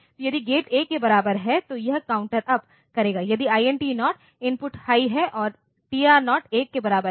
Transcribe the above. तो यदि गेट 1 के बराबर है तो यह काउंट अप करेगा यदि INT 0 इनपुट हाई है और TR0 1 के बराबर है